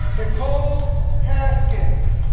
nicole haskins